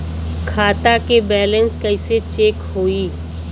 खता के बैलेंस कइसे चेक होई?